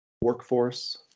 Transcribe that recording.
workforce